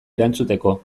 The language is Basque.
erantzuteko